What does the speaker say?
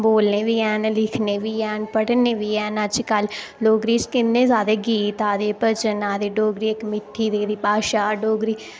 बोलने बी हैन लिखने बी हैन पढ़ने बी हैन अजकल डोगरी च किन्ने ज्यादा गीत आवा दे भजन आवा दे डोगरी इक मिट्ठी गेदी भाशा डोगरी